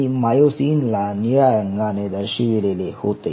मी myosin ला निळ्या रंगाने दर्शविलेले होते